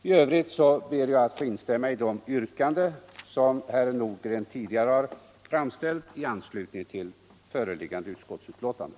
I övrigt ber jag att få instämma i de yrkanden som herr Nordgren tidigare framställt i anslutning till föreliggande utskottsbetänkande.